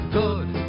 good